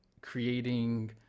creating